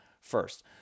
first